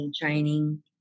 training